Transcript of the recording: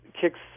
kicks